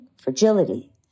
fragility